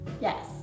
Yes